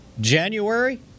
January